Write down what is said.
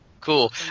Cool